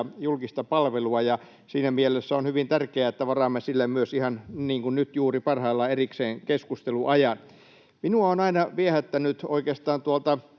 julkista palvelua. Siinä mielessä on hyvin tärkeää, että varaamme sille myös — ihan niin kuin nyt juuri parhaillaan — erikseen keskusteluajan. Minua on aina viehättänyt oikeastaan tuolta